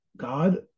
God